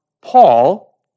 Paul